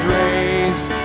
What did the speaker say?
raised